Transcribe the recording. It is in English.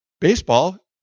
Baseball